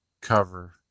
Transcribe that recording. cover